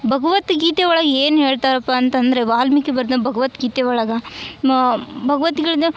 ಭಗವದ್ಗೀತೆ ಒಳಗೆ ಏನು ಹೇಳ್ತಾರಪ್ಪ ಅಂತಂದರೆ ವಾಲ್ಮೀಕಿ ಬರ್ದಿರೊ ಭಗವದ್ಗೀತೆ ಒಳಗ ಭಗವದ್ಗಿತೆ